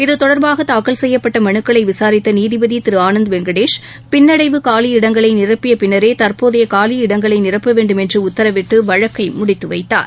இத்தொடர்பாக தாக்கல் செய்யப்பட்ட மனுக்களை விசாரித்த நீதிபதி திரு ஆனந்த் வெங்கடேஷ் பின்னடைவு காலி இடங்களை நிரப்பிய பின்னரே தற்போதைய காலி இடங்களை நிரப்ப வேண்டும் என்று உத்தரவிட்டு வழக்கை முடித்து வைத்தார்